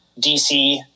DC